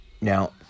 Now